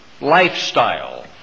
lifestyle